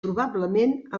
probablement